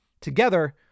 together